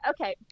okay